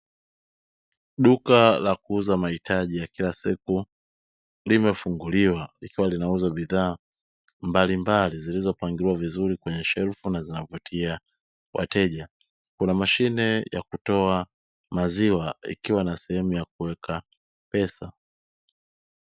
Duka la kuuza mahitaji ya kila siku, limefunguliwa likiwa linauza bidhaa mbalimbali zilizopangiliwa vizuri kwenye shelfu na zinawavutia wateja, kuna mashine ya kutoa maziwa ikiwa na sehemu ya kuweka pesa.